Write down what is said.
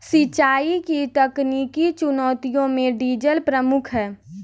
सिंचाई की तकनीकी चुनौतियों में डीजल प्रमुख है